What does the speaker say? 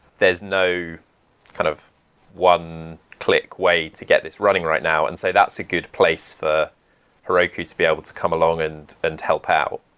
there's no kind of one click way to get this running right now, and so that's a good place for heroku to be able to come along and and help out.